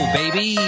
baby